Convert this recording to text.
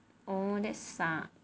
oh that sucks